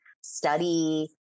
study